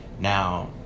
Now